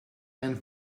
and